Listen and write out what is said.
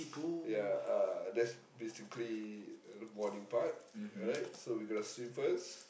ya uh that's basically morning part alright so we gonna swim first